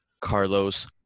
Carlos